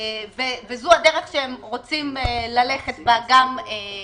וזו הדרך שהם רוצים ללכת בה עכשיו.